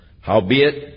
Howbeit